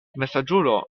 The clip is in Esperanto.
malsaĝulo